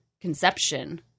conception